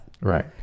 Right